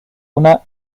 una